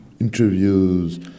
interviews